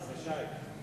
זה שי.